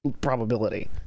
probability